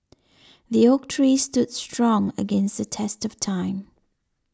the oak tree stood strong against the test of time